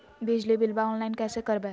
बिजली बिलाबा ऑनलाइन कैसे करबै?